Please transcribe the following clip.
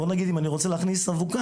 בוא נגיד אם אני רוצה להכניס אבוקה,